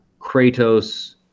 Kratos